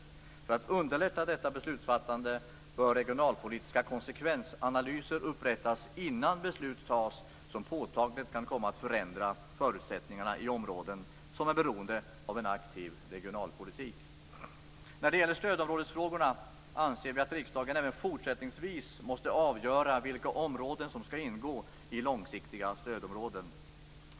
För att underlätta detta beslutsfattande bör regionalpolitiska konsekvensanalyser upprättas innan beslut tas som påtagligt kan komma att förändra förutsättningarna i områden som är beroende av en aktiv regionalpolitik. När det gäller stödområdesfrågorna anser vi att riksdagen även fortsättningsvis måste avgöra vilka områden som skall ingå i långsiktiga stödområden.